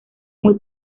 muy